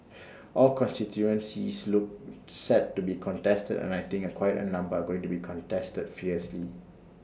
all constituencies look set to be contested and I think A quite A number are going to be contested fiercely